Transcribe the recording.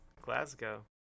Glasgow